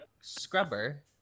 scrubber